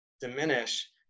diminish